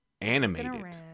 animated